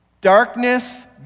Darkness